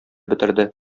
бетерде